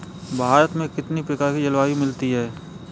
भारत में कितनी प्रकार की जलवायु मिलती है?